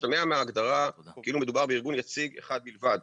שבשונה מההגדרה כאילו מדובר בארגון יציג אחד בלבד,